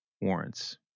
warrants